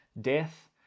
death